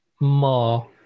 more